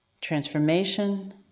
transformation